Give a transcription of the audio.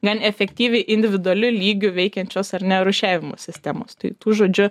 gan efektyviai individualiu lygiu veikiančios ar ne rūšiavimo sistemos tai tų žodžiu